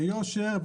ביושר,